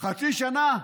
חצי שנה,